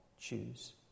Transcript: choose